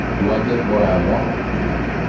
do i get what i want or not?